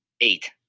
Eight